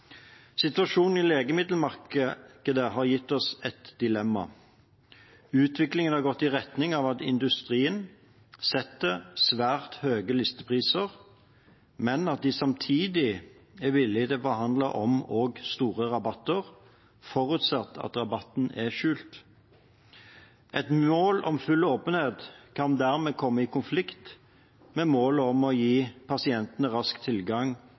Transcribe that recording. Situasjonen i legemiddelmarkedet har gitt oss et dilemma. Utviklingen har gått i retning av at industrien setter svært høye listepriser, men at de samtidig er villige til å forhandle om store rabatter, forutsatt at rabatten er skjult. Et mål om full åpenhet kan dermed komme i konflikt med målet om å gi pasientene rask tilgang